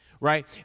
right